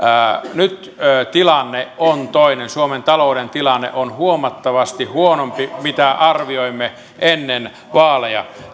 nyt tilanne on toinen suomen talouden tilanne on huomattavasti huonompi kuin mitä arvioimme ennen vaaleja